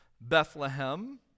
Bethlehem